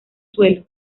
suelo